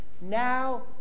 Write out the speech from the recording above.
Now